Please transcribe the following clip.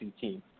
team